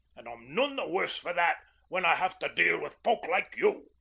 and i'm none the worse for that when i have to deal with folk like you.